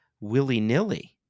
willy-nilly